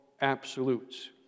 absolutes